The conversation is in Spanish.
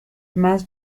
más